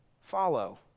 follow